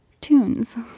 tunes